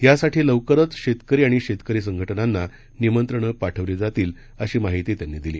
यासाठी लवकरच शेतकरी आणि शेतकरी संघटनांना निमंत्रणं पाठवली जातील अशी माहिती त्यांनी दिली